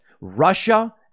Russia